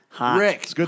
Rick